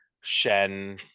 Shen